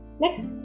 next